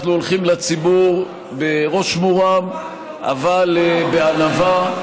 אנחנו הולכים לציבור בראש מורם אבל בענווה,